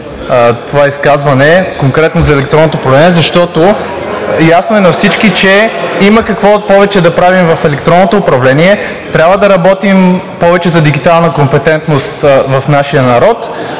това изказване, конкретно за електронното управление, защото ясно е на всички, че има какво повече да правим в електронното управление. Трябва да работим повече за дигитална компетентност в нашия народ.